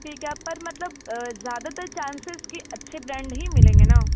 ठीक है आप पर मतलब ज़्यादातर चान्सिस कि अच्छे ब्रैंड ही मिलेंगे ना